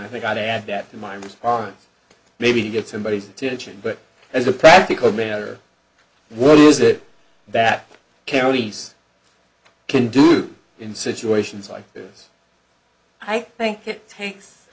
i think i'd add that in my response maybe to get somebody's attention but as a practical matter what is it that carries can do in situations like this i think it takes